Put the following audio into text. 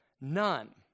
None